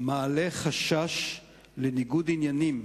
מעלה חשש לניגוד עניינים